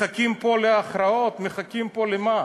מחכים פה להכרעות, מחכים פה למה?